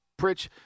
Pritch